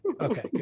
Okay